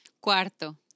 Cuarto